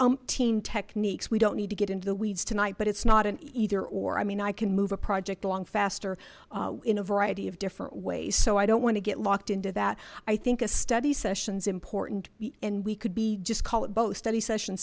umpteen techniques we don't need to get into the weeds tonight but it's not an eitheror i mean i can move a project along faster in a variety of different ways so i don't want to get locked into that i think a study session is important and we could be just call it both study session